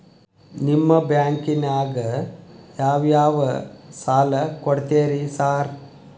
ನಿಮ್ಮ ಬ್ಯಾಂಕಿನಾಗ ಯಾವ್ಯಾವ ಸಾಲ ಕೊಡ್ತೇರಿ ಸಾರ್?